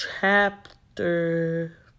chapter